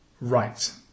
right